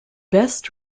best